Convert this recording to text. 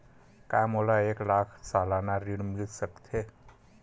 का मोला एक लाख सालाना ऋण मिल सकथे?